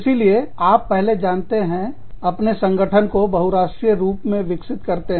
इसीलिए आप पहले जानते हैं अपने संगठन को बहुराष्ट्रीय के रूप में विकसित करते हैं